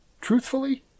Truthfully